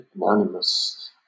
anonymous